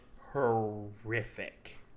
horrific